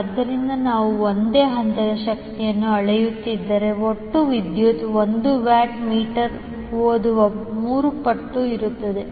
ಆದ್ದರಿಂದ ನಾವು ಒಂದೇ ಹಂತಕ್ಕೆ ಶಕ್ತಿಯನ್ನು ಅಳೆಯುತ್ತಿದ್ದರೆ ಒಟ್ಟು ವಿದ್ಯುತ್ 1 ವ್ಯಾಟ್ ಮೀಟರ್ ಓದುವ ಮೂರು ಪಟ್ಟು ಇರುತ್ತದೆ